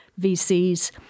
VCs